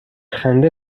خنده